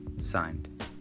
Signed